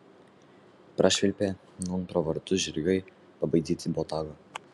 prašvilpė nūn pro vartus žirgai pabaidyti botago